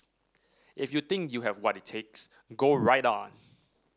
if you think you have what it takes go right on